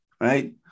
right